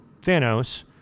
Thanos